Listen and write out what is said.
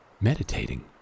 meditating